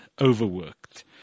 overworked